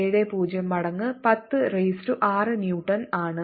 70 മടങ്ങ് 10 raise to 6 newton ആണ്